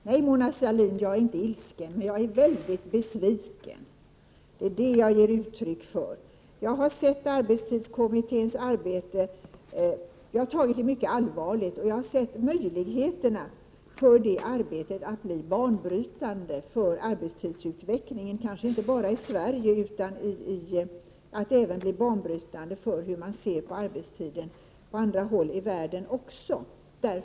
Herr talman! Nej, Mona Sahlin, jag är inte ilsken, men jag är mycket besviken. Det är det jag ger uttryck för. Jag har tagit arbetstidskommitténs arbete mycket allvarligt. Jag har sett möjligheterna för det arbetet att bli banbrytande för arbetstidsutvecklingen, kanske inte bara i Sverige, utan det kunde få betydelse för hur man ser på arbetstiden även på andra håll i världen.